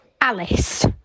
Alice